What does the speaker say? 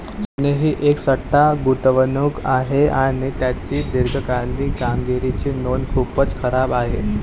सोने ही एक सट्टा गुंतवणूक आहे आणि त्याची दीर्घकालीन कामगिरीची नोंद खूपच खराब आहे